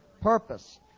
Purpose